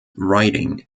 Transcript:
writing